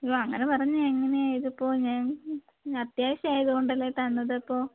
അയ്യോ അങ്ങനെ പറഞ്ഞാൽ എങ്ങനെയാണ് ഇതിപ്പോൾ ഞങ്ങൾക്ക് അത്യാവശ്യമായതുകൊണ്ടല്ലേ തന്നതിപ്പോൾ